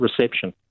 reception